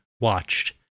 watched